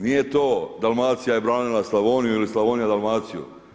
Nije to Dalmacija je branila Slavoniju ili Slavonija Dalmaciju.